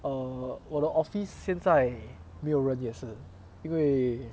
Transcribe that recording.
err 我的 office 现在没有人也是因为